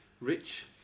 Rich